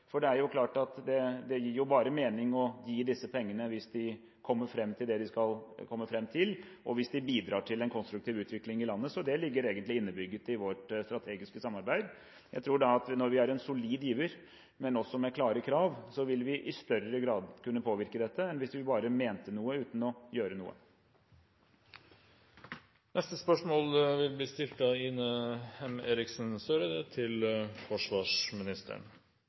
Det er klart at det gir jo bare mening å gi disse pengene hvis de kommer fram til det de skal komme fram til, og hvis de bidrar til en konstruktiv utvikling i landet. Så det ligger egentlig innebygget i vårt strategiske samarbeid. Jeg tror at når vi er en solid giver, men også har klare krav, vil vi i større grad kunne påvirke dette enn hvis vi bare mente noe uten å gjøre noe. «Sjøheimevernet, SHV, har behov for reelle maritime kapasiteter i form av